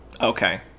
okay